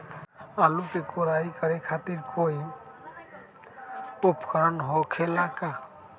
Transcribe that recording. आलू के कोराई करे खातिर कोई उपकरण हो खेला का?